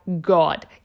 God